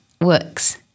works